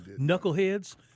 knuckleheads